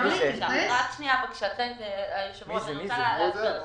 רוצה להסביר לך.